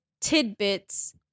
tidbits